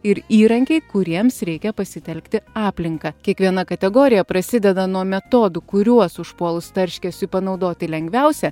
ir įrankiai kuriems reikia pasitelkti aplinką kiekviena kategorija prasideda nuo metodų kuriuos užpuolus tarškesiui panaudoti lengviausia